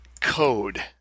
code